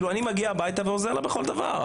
אני מגיע הביתה ועוזר לה בכל דבר.